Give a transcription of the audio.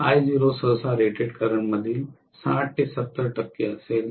I0 सहसा rated current मधील 60 ते 70 टक्के असेल